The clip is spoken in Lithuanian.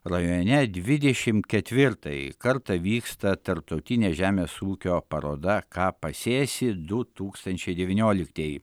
rajone dvidešim ketvirtąjį kartą vyksta tarptautinė žemės ūkio paroda ką pasėsi du tūkstančiai devynioliktieji